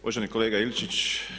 Uvaženi kolega Ilčić.